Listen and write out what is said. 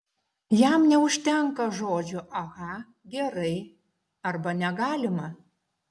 jam neužtenka žodžio aha gerai arba negalima